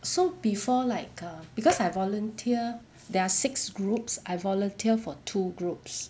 so before like err because I volunteer there are six groups I volunteer for two groups